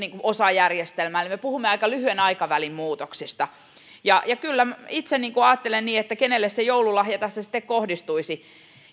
osa järjestelmää eli me puhumme aika lyhyen aikavälin muutoksista kyllä itse ajattelen niin että kenelle se joululahja tässä sitten kohdistuisi